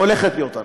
הולכת להיות ארכה.